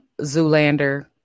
Zoolander